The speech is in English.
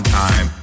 time